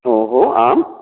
ओहो आम्